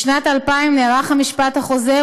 בשנת 2000 נערך המשפט החוזר,